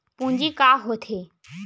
पूंजी का होथे?